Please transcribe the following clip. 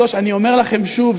אני אומר לכם שוב,